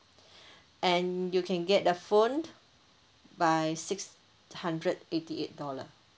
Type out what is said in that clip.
and you can get the phone by six hundred eighty eight dollar